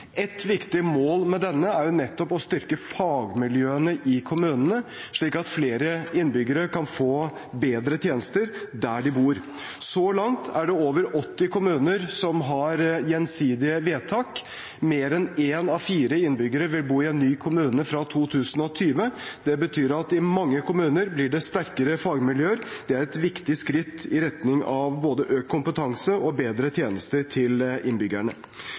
et nytt utviklingsprogram for kommunene. Arbeidet for det starter opp i 2017, og da skal vi diskutere innholdet i det programmet. Videre er det også riktig som flere har påpekt, at vi står midt i gjennomføringen av en stor kommunereform. Ett viktig mål med denne er nettopp å styrke fagmiljøene i kommunene, slik at flere innbyggere kan få bedre tjenester der de bor. Så langt er det over 80 kommuner som har gjensidige vedtak. Mer enn en av fire innbyggere vil bo i en ny